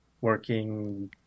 working